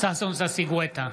ששון ששי גואטה,